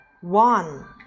one